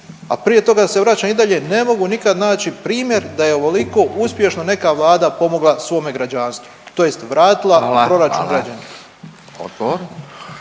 a prije toga se vraćam i dalje ne mogu nikada naći primjer da je ovoliko uspješno neka vlada pomogla svome građanstvu tj. vratila … /ne razumije